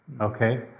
Okay